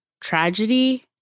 tragedy